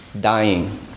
dying